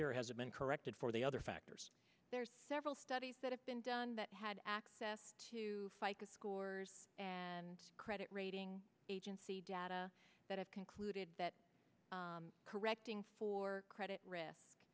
or has it been corrected for the other factors there's several studies that have been done that had access to fica scores and credit rating agency data that have concluded that correcting for credit r